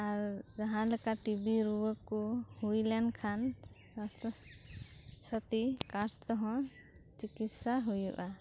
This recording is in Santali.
ᱟᱨ ᱡᱟᱦᱟᱸ ᱞᱮᱠᱟ ᱴᱤᱵᱤ ᱨᱩᱣᱟᱹ ᱠᱚ ᱦᱳᱭ ᱞᱮᱱᱠᱷᱟᱱ ᱥᱟᱥᱛᱷᱚᱥᱟᱛᱷᱤ ᱠᱟᱨᱰ ᱛᱮᱦᱚᱸ ᱪᱤᱠᱤᱥᱥᱟ ᱦᱳᱭᱳᱜᱼᱟ